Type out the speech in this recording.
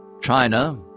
China